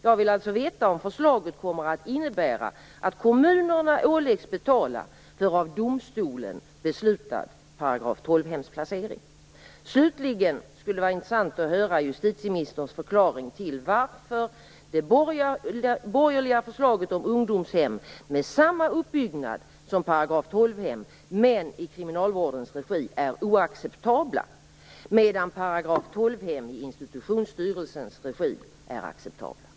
Jag vill alltså veta om förslaget kommer att innebära att kommunerna åläggs betala för av domstolen beslutad